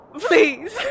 Please